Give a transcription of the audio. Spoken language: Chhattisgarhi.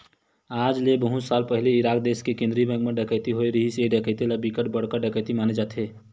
आज ले बहुत साल पहिली इराक देस के केंद्रीय बेंक म डकैती होए रिहिस हे ए डकैती ल बिकट बड़का डकैती माने जाथे